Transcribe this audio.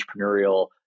entrepreneurial